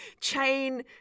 chain